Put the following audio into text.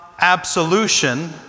absolution